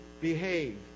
behave